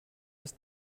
ist